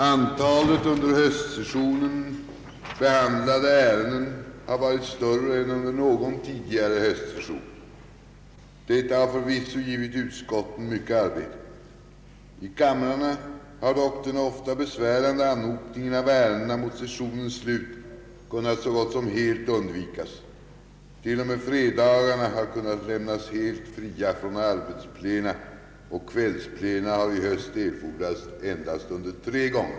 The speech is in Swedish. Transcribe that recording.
Antalet under höstsessionen behandlade ärenden har varit större än under någon tidigare höstsession. Detta har förvisso givit utskotten mycket arbete. I kamrarna har dock den ofta besvärande anhopningen av ärenden mot sessionens slut kunnat så gott som helt undvikas. T. o. m. fredagarna har kunnat lämnas helt fria från arbetsplena, och kvällsplena har i höst erfordrats endast tre gånger.